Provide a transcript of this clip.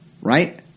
right